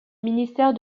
ministère